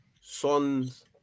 Sons